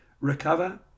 recover